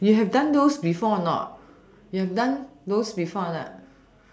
you have done those before or not you have done those before or not